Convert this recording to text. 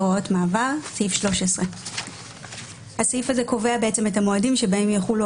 הוראת מעבר סעיף 13. הסעיף הזה קובע את המועדים שבהם יחולו